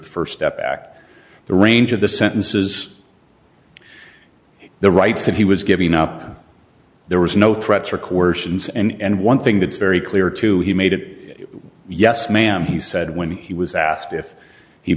the st step act the range of the sentences the rights that he was giving up there was no threats or coercions and one thing that's very clear to he made it yes ma'am he said when he was asked if he